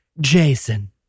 Jason